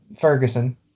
Ferguson